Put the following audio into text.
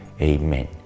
Amen